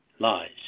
lies